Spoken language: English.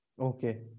Okay